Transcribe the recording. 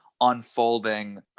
Unfolding